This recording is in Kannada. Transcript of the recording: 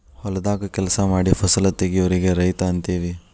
ಹೊಲದಾಗ ಕೆಲಸಾ ಮಾಡಿ ಫಸಲ ತಗಿಯೋರಿಗೆ ರೈತ ಅಂತೆವಿ